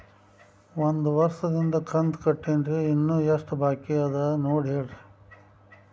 ಒಂದು ವರ್ಷದಿಂದ ಕಂತ ಕಟ್ಟೇನ್ರಿ ಇನ್ನು ಎಷ್ಟ ಬಾಕಿ ಅದ ನೋಡಿ ಹೇಳ್ರಿ